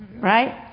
right